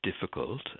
difficult